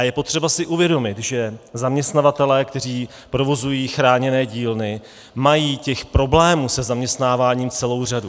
Je potřeba si uvědomit, že zaměstnavatelé, kteří provozují chráněné dílny, mají těch problémů se zaměstnáváním celou řadu.